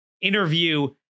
interview